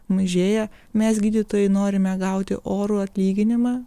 mažėja mes gydytojai norime gauti orų atlyginimą